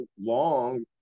long